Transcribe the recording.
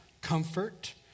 comfort